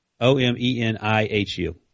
O-M-E-N-I-H-U